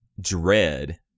dread